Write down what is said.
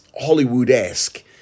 Hollywood-esque